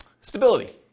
Stability